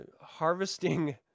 harvesting